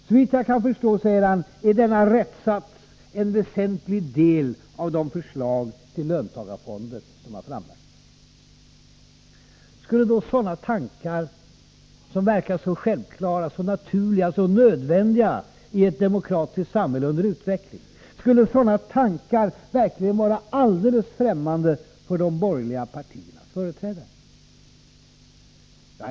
Såvitt jag kan förstå är denna rättssats en väsentlig del av de förslag till löntagarfonder som framlagts.” Skulle sådana tankar, som verkar så självklara, så naturliga, så nödvändiga i ett demokratiskt samhälle under utveckling, verkligen vara alldeles främmande för de borgerliga partiernas företrädare?